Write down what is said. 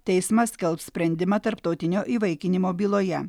teismas skelbs sprendimą tarptautinio įvaikinimo byloje